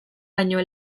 baino